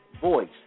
voice